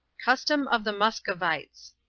custom of the muscovites.